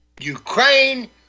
Ukraine